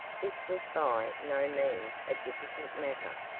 this was by no means a difficult matter,